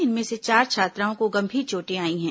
इनमें से चार छात्राओं को गंभीर चोटें आई हैं